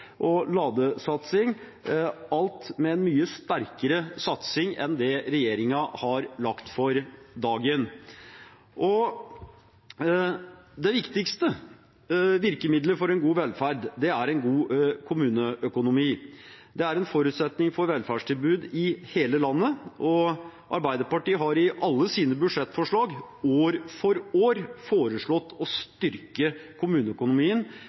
Alt dette får en mye sterkere satsing enn det regjeringen har lagt for dagen. Det viktigste virkemiddelet for en god velferd er en god kommuneøkonomi. Det er en forutsetning for velferdstilbud i hele landet, og Arbeiderpartiet har i alle sine budsjettforslag – år for år – foreslått å styrke kommuneøkonomien